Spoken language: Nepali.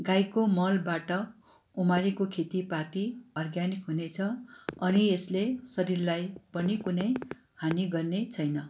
गाईको मलबाट उमारेको खेतीपाती अर्ग्यानिक हुनेछ अनि यसले शरीरलाई पनि कुनै हानी गर्ने छैन